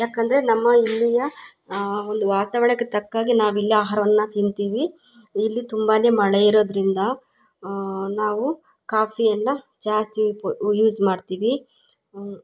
ಯಾಕಂದರೆ ನಮ್ಮ ಇಲ್ಲಿಯ ಒಂದು ವಾತಾವರಣಕ್ಕೆ ತಕ್ಕ ಹಾಗೆ ನಾವಿಲ್ಲಿ ಆಹಾರವನ್ನು ತಿಂತೀವಿ ಇಲ್ಲಿ ತುಂಬಾ ಮಳೆ ಇರೋದ್ರಿಂದ ನಾವು ಕಾಫಿಯನ್ನು ಜಾಸ್ತಿ ಪು ಯೂಸ್ ಮಾಡ್ತೀವಿ